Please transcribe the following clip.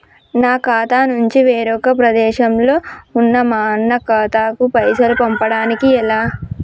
నా ఖాతా నుంచి వేరొక ప్రదేశంలో ఉన్న మా అన్న ఖాతాకు పైసలు పంపడానికి ఎలా?